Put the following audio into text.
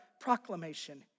proclamation